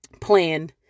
plan